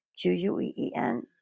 Q-U-E-E-N